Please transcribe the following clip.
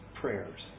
Prayers